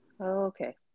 Okay